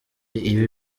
ibi